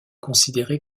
considérée